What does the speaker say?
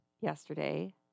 yesterday